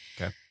Okay